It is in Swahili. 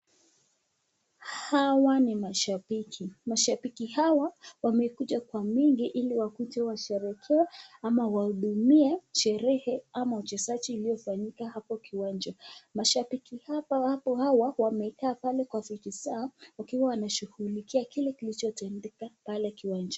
Hawa ni mashabiki. Mashabiki hawa wamekuja kwa wingi ili wakuje washerehekee ama wahudumie sherehe ama uchezaji uiliofanyika hapo kiwanja. Mashabiki hapa wapo hawa wamekaa pale kwa viti zao wakiwa wameshughulikia kile kilichotendeka pale kiwanja.